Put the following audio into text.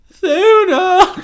Sooner